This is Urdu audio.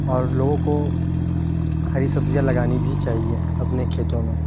اور لوگوں کو ہری سبزیاں لگانی بھی چاہیے اپنے کھیتوں میں